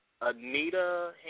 Anita